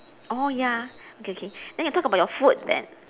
oh ya okay okay okay then we talk about your food then